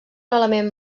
element